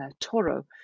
Toro